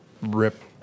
rip